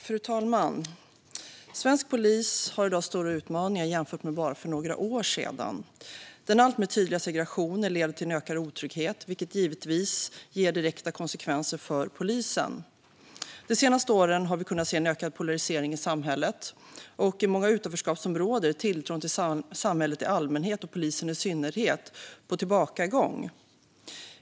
Fru talman! Svensk polis har i dag stora utmaningar jämfört med bara för några år sedan. Den alltmer tydliga segregationen leder till en ökad otrygghet, vilket givetvis ger direkta konsekvenser för polisen. De senaste åren har vi kunnat se en ökad polarisering i samhället, och i många utanförskapsområden är tilltron till samhället i allmänhet och polisen i synnerhet på tillbakagång.